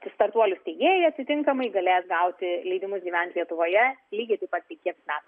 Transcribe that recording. startuolių steigėjai atitinkamai galės gauti leidimus gyventi lietuvoje lygiai taip pat penkiems metams